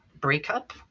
breakup